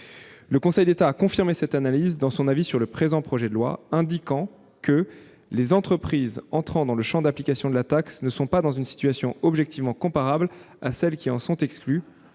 Le Conseil d'État a confirmé cette analyse dans son avis sur le présent projet de loi, indiquant que les entreprises entrant dans le champ d'application de la taxe ne sont pas dans une situation objectivement comparable à celles qui en sont exclues